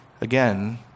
Again